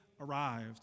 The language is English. arrived